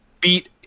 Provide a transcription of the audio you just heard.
beat